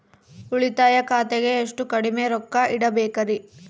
ಉಳಿತಾಯ ಖಾತೆಗೆ ಎಷ್ಟು ಕಡಿಮೆ ರೊಕ್ಕ ಇಡಬೇಕರಿ?